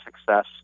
success